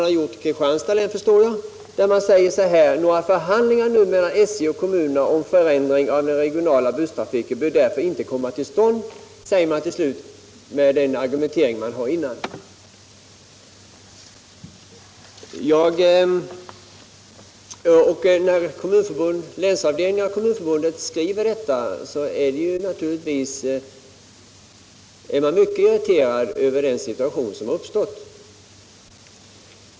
I den förra skrivelsen framhålls efter den argumentering som anförts där att några förhandlingar mellan SJ och kommunerna om förändring av den regionala busstrafiken inte nu bör komma till stånd. När länsavdelningen av Kommunförbundet skriver på detta sätt är den naturligtvis mycket irriterad över den situation som uppstått.